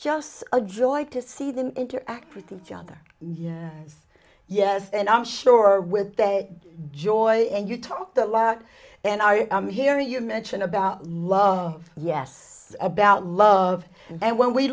just a joy to see them interact with each other yeah yes and i'm sure with a joy and you talked a lot and i hear you mention about love yes about love and when we